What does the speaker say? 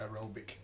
aerobic